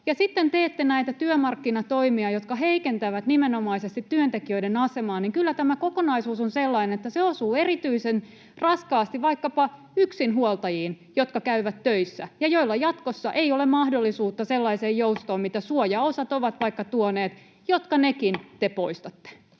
ja sitten teette näitä työmarkkinatoimia, jotka heikentävät nimenomaisesti työntekijöiden asemaa, niin kyllä tämä kokonaisuus on sellainen, että se osuu erityisen raskaasti vaikkapa yksinhuoltajiin, jotka käyvät töissä ja joilla jatkossa ei ole mahdollisuutta sellaiseen joustoon, mitä vaikka suojaosat ovat tuoneet, jotka nekin te poistatte.